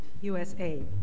USA